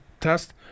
test